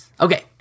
Okay